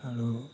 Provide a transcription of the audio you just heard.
আৰু